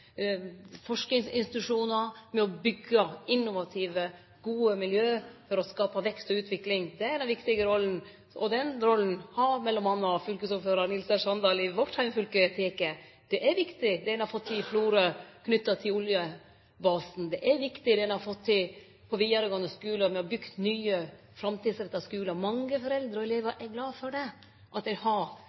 forskingsinstitusjonar, med å byggje innovative, gode miljø for å skape vekst og utvikling. Det er den viktige rolla. Den rolla har m.a. fylkesordførar Nils R. Sandal i vårt heimfylke teke. Det er viktig det ein har fått til i Florø knytt til oljebasen. Det er viktig det ein har fått til på vidaregåande skule. Me har bygt nye, framtidsretta skular. Mange foreldre og elevar er glade for at dei har